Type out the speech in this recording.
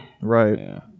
Right